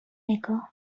نگاه